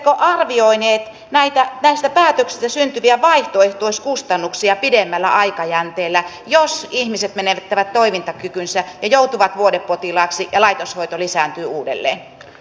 oletteko arvioineet näistä päätöksistä syntyviä vaihtoehtoiskustannuksia pidemmällä aikajänteellä jos ihmiset menettävät toimintakykynsä ja joutuvat vuodepotilaiksi ja laitoshoito lisääntyy uudelleen